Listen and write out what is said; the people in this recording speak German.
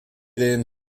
den